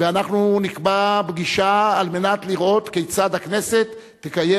ואנחנו נקבע פגישה על מנת לראות כיצד הכנסת תקיים